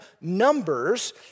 numbers